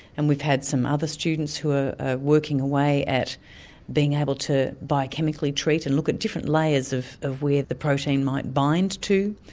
and we've had some other students who are working away at being able to biochemically treat and look at different layers of of where the protein might bind to,